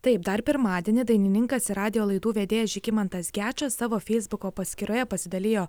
taip dar pirmadienį dainininkas ir radijo laidų vedėjas žygimantas gečas savo feisbuko paskyroje pasidalijo